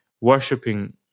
worshipping